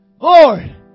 Lord